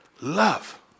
Love